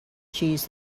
cheese